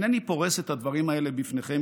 אינני פורס את הדברים האלה בפניכם